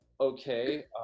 Okay